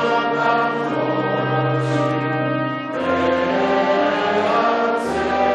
13 בחודש פברואר 2012 למניינם,